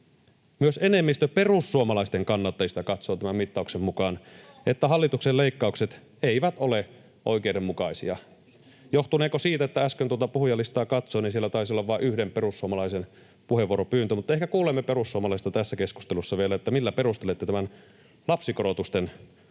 Myös enemmistö perussuomalaisten kannattajista katsoo tämän mittauksen mukaan, että hallituksen leikkaukset eivät ole oikeudenmukaisia. Johtuneeko siitä, että äsken kun tuota puhujalistaa katsoin, niin siellä taisi olla vain yhden perussuomalaisen puheenvuoropyyntö, mutta ehkä kuulemme perussuomalaisilta tässä keskustelussa vielä, millä perustelette tämän lapsikorotusten poiston